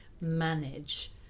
manage